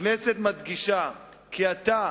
הכנסת מדגישה כי אתה,